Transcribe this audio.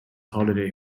holiday